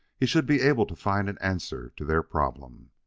he should be able to find an answer to their problem.